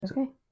okay